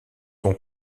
ton